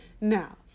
Now